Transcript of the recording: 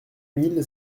mille